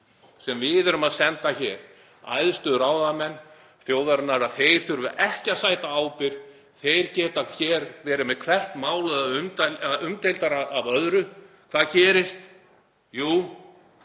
sem við erum að senda hér, æðstu ráðamenn þjóðarinnar, að þeir þurfi ekki að sæta ábyrgð. Þeir geta hér verið með hvert málið umdeildara á eftir öðru, og hvað gerist? Jú,